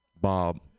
bob